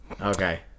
Okay